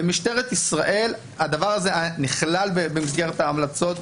במשטרת ישראל הדבר הזה נכלל במסגרת ההמלצות,